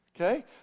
Okay